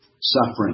suffering